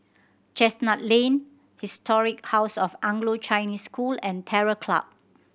Chestnut Lane Historic House of Anglo Chinese School and Terror Club